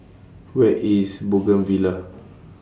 Where IS Bougainvillea